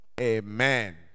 Amen